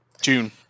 June